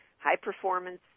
high-performance